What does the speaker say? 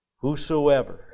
Whosoever